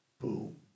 boom